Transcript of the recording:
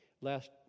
Last